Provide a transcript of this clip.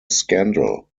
scandal